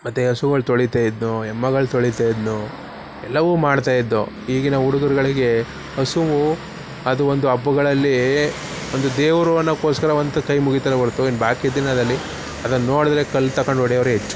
ಮತ್ತು ಹಸುಗಳು ತೊಳಿತಾಯಿದ್ದೋ ಎಮ್ಮೆಗಳು ತೊಳಿತಾಯಿದ್ದೋ ಎಲ್ಲವೂ ಮಾಡ್ತಾಯಿದ್ದೋ ಈಗಿನ ಹುಡುಗರುಗಳಿಗೆ ಹಸುವು ಅದು ಒಂದು ಹಬ್ಬಗಳಲ್ಲಿ ಒಂದು ದೇವರು ಅನ್ನೋಕ್ಕೋಸ್ಕರ ಒಂದು ಕೈ ಮುಗಿತಾರೆ ಹೊರ್ತು ಇನ್ನೂ ಬಾಕಿ ದಿನದಲ್ಲಿ ಅದನ್ನ ನೋಡಿದರೆ ಕಲ್ಲು ತಗೊಂಡು ಹೊಡಿಯೋರೆ ಹೆಚ್ಚು